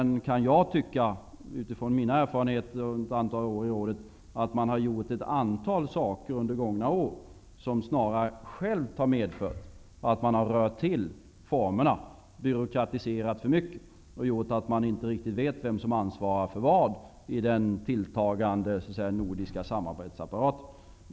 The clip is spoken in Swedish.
Jag kan personligen med utgångspunkt i mina erfarenheter under ett antal år i rådet tycka att man har gjort ett antal saker under gångna år som medfört att man snarast har rört till formerna och byråkratiserat för mycket. Det har gjort att det är litet oklart vem som ansvarar för vad i den tilltagande nordiska samarbetsapparaten.